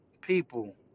People